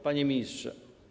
Panie Ministrze!